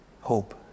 hope